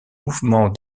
mouvements